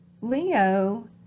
Leo